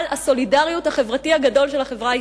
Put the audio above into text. הסולידריות החברתי הגדול של החברה הישראלית,